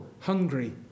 hungry